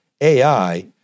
AI